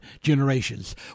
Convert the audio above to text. generations